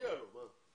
מגיע לו, מה?